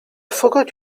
forgot